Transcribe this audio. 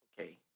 okay